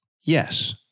Yes